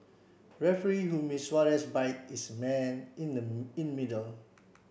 referee who miss Suarez bite is man in the in middle